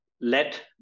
Let